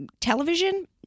television